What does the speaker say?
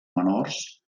menors